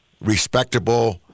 respectable